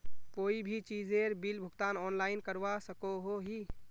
कोई भी चीजेर बिल भुगतान ऑनलाइन करवा सकोहो ही?